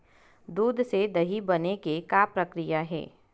दूध से दही बने के का प्रक्रिया हे?